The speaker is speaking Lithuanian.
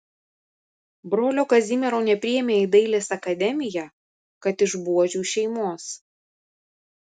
brolio kazimiero nepriėmė į dailės akademiją kad iš buožių šeimos